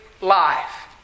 life